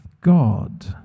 God